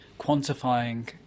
quantifying